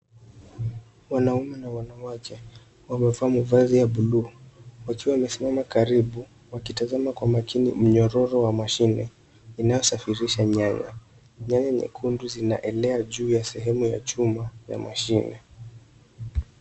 Wanaume na wanawake wamevaa mavazi ya buluu, wakiwa wamesimama karibu, wakitazama kwa makini mnyororo wa mashine inayosafirisha nyanya. Nyanya nyekundu zinaelea juu ya sehemu ya chuma ya mashine.